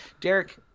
Derek